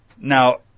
Now